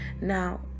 Now